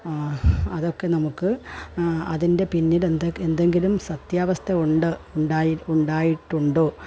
അതൊക്കെ നമുക്ക് അതിൻ്റെ പിന്നിലെന്തെങ്കിലും സത്യാവസ്ഥ ഉണ്ട് ഉണ്ടായി ഉണ്ടായിട്ടുണ്ടോ